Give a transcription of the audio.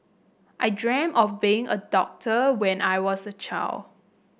I dreamt of being a doctor when I was a child